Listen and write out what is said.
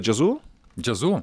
džiazu džiazu